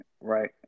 Right